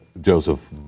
Joseph